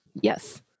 Yes